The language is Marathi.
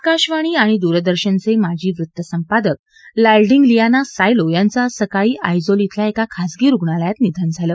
आकाशवाणी आणि दूरदर्शनघे माजी वृत्तसंपादक लालडिंगलियाना सायलो यांचं आज सकाळी आयजोल ब्रिल्या एका खासगी रुग्णालयात निधन झालं